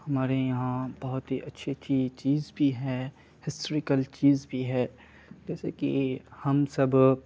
ہمارے یہاں بہت ہی اچھی اچھی چیز بھی ہے ہسٹریکل چیز بھی ہے جیسے کہ ہم سب